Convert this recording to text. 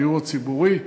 הדיור הציבורי.